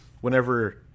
whenever